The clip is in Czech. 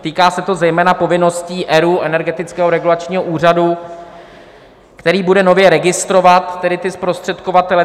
Týká se to zejména povinností ERÚ Energetického regulačního úřadu který bude nově registrovat ty zprostředkovatele.